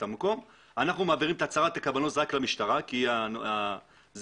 המקום ואנחנו מעבירים את הצהרת הכוונות רק למשטרה ולא לאחרים.